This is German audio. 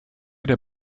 der